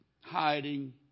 hiding